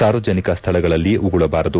ಸಾರ್ವಜನಿಕ ಸ್ವಳಗಳಲ್ಲಿ ಉಗುಳಬಾರದು